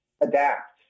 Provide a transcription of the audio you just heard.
adapt